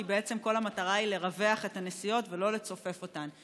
כי בעצם כל המטרה היא לרווח את הנסיעות ולא לצופף אותן.